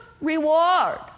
reward